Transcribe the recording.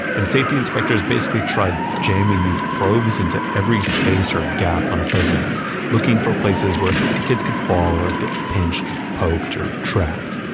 and safety inspectors basically tried jamming these probes into every space or gap on a playground looking for places where kids could fall or get pinched poked or trapped.